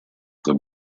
the